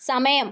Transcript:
സമയം